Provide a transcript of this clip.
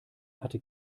hatte